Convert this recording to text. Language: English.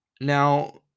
Now